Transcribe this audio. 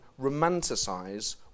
romanticise